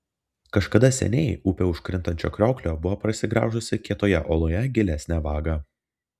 kažkada seniai upė už krintančio krioklio buvo prasigraužusi kietoje uoloje gilesnę vagą